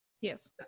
Yes